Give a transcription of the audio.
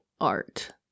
art